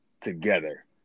together